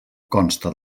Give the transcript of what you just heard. consta